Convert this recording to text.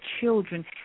children